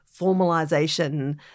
formalization